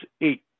eight